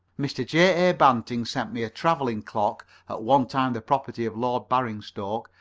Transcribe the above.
mr. j. a. banting sent me a travelling-clock at one time the property of lord baringstoke,